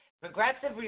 Progressive